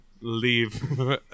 leave